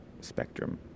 spectrum